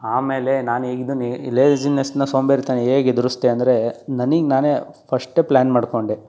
ಆಮೇಲೆ ನಾನು ಹೇಗಿದ್ದೋನು ಏ ಲೇಜಿನೆಸ್ಸನ್ನ ಸೋಂಬೇರಿತನ ಹೇಗೆ ಎದುರಿಸ್ದೆ ಅಂದರೆ ನನಗೆ ನಾನೇ ಫಶ್ಟೇ ಪ್ಲಾನ್ ಮಾಡಿಕೊಂಡೆ